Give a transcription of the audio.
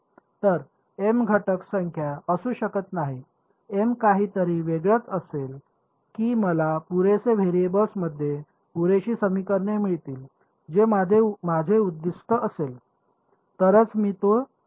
तर m घटक संख्या असू शकत नाही m काहीतरी वेगळंच असेल की मला पुरेसे व्हेरिएबल्समध्ये पुरेशी समीकरणे मिळतील जे माझे उद्दिष्ट असेल तरच मी ते सोडवू शकेन